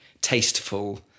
tasteful